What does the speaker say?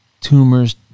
tumors